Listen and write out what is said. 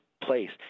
place